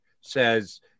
says